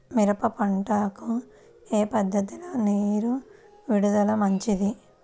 మిరప పంటకు ఏ పద్ధతిలో నీరు విడుదల మంచిది?